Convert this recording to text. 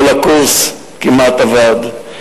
כל הקורס כמעט אבד.